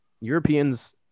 Europeans